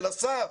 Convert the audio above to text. אל השר,